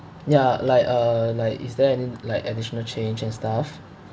ya like uh like is there any like additional change and stuff